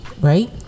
right